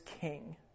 king